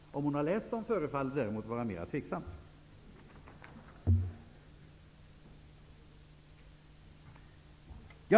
Om hon har läst dem förefaller däremot vara mera tveksamt.